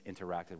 interacted